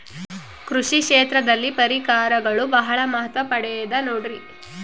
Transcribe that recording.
ಕೃಷಿ ಕ್ಷೇತ್ರದಲ್ಲಿ ಪರಿಕರಗಳು ಬಹಳ ಮಹತ್ವ ಪಡೆದ ನೋಡ್ರಿ?